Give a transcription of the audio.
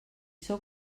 sou